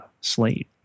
slate